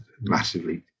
massively